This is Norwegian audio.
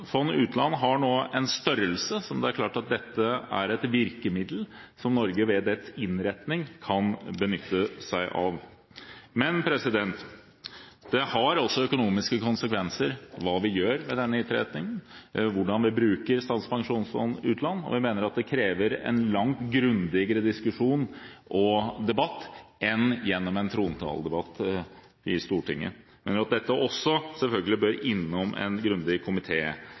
utland er nå av en slik størrelse at det er klart at dette er et virkemiddel som, ved dets innretning, er et virkemiddel Norge kan benytte seg av. Men det har også økonomiske konsekvenser hva vi gjør med denne innretningen og hvordan vi bruker Statens pensjonsfond utland, og vi mener at det krever en langt grundigere diskusjon og debatt enn gjennom en trontaledebatt i Stortinget. Jeg mener at dette også selvfølgelig bør innom en grundig